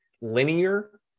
linear